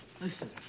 Listen